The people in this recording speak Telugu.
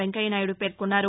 వెంకయ్యనాయుడు పేర్కొన్నారు